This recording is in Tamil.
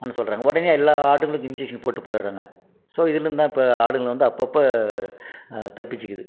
ஆன்னு சொல்கிறாங்க உடனே எல்லா ஆட்டுகளுக்கும் இன்ஜெக்ஷன் போட்டு போயிட்டுறாங்க ஸோ இதுலேர்ந்து தான் இப்போ ஆடுங்கள் வந்து அப்போப்ப தப்பிச்சுக்கிது